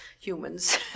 humans